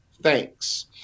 thanks